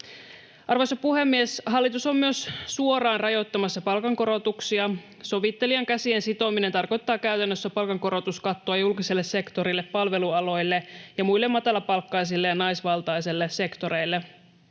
Arvoisa puhemies! Hallitus on myös suoraan rajoittamassa palkankorotuksia. Sovittelijan käsien sitominen tarkoittaa käytännössä palkankorotuskattoa julkiselle sektorille, palvelualoille ja muille matalapalkkaisille ja naisvaltaisille sektoreille.